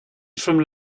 from